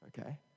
okay